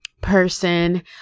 person